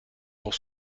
pour